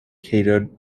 catered